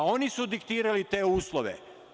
Oni su diktirali te uslove.